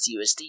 USD